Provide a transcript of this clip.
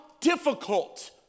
difficult